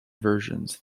versions